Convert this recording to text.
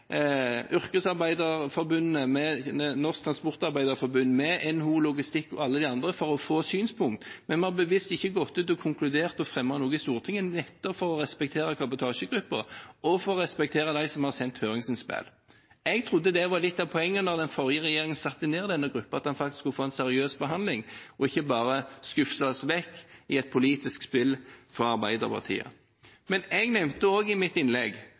med Norsk Transportarbeiderforbund, med NHO Logistikk og alle de andre for å få synspunkt, men vi har bevisst ikke gått ut og konkludert og fremmet noe i Stortinget, nettopp for å respektere kabotasjegruppen, og for å respektere dem som har sendt høringsinnspill. Jeg trodde det var litt av poenget da den forrige regjeringen satte ned denne gruppen, at en faktisk skulle få en seriøs behandling, og ikke bare skyfle det vekk i et politisk spill fra Arbeiderpartiet. Men jeg nevnte også i mitt innlegg